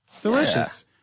Delicious